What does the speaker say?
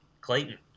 Clayton